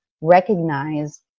recognize